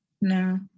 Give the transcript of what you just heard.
no